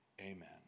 Amen